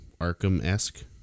Arkham-esque